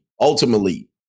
ultimately